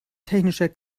technischer